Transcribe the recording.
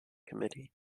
committee